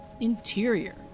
Interior